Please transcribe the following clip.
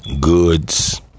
goods